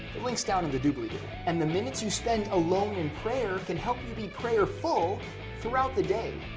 the link's down in the doobly doo. and the minutes you spend alone in prayer can help you be prayerful throughout the day,